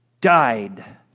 died